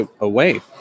away